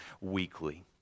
weekly